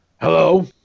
Hello